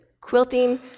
quilting